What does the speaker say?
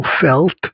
felt